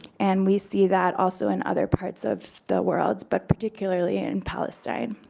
and we see that also in other parts of the world, but particularly in palestine.